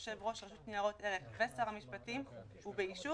יושב-ראש רשות ניירות ערך ושר המשפטים ובאישור'